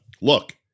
Look